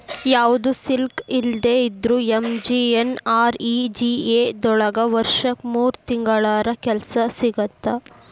ಯಾವ್ದು ಸ್ಕಿಲ್ ಇಲ್ದೆ ಇದ್ರೂ ಎಂ.ಜಿ.ಎನ್.ಆರ್.ಇ.ಜಿ.ಎ ದೊಳಗ ವರ್ಷಕ್ ಮೂರ್ ತಿಂಗಳರ ಕೆಲ್ಸ ಸಿಗತ್ತ